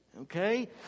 Okay